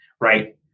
Right